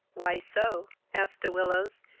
why so? asked de willows,